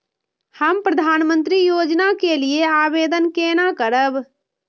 हम प्रधानमंत्री योजना के लिये आवेदन केना करब?